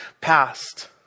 past